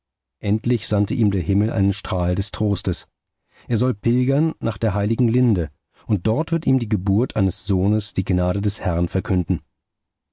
endlich sandte ihm der himmel einen strahl des trostes er soll pilgern nach der heiligen linde und dort wird ihm die geburt eines sohnes die gnade des herrn verkünden